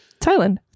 Thailand